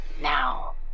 now